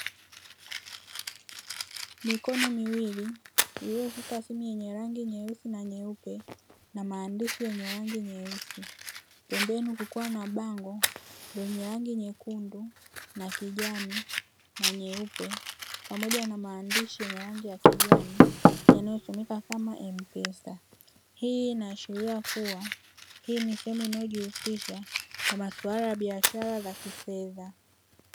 Mikono miwili iliyoshika simu yenye rangi nyeusi na nyeupe, na maandishi yenye rangi nyeusi. Pembeni kukiwa na bango lenye rangi nyekundu na kijani na nyeupe, pamoja na maandishi yenye rangi ya kijani yanayosomeka kama "M-PESA". Hii inaashiria kuwa hii ni sehemu inayojihusisha na masuala ya biashara za kifedha.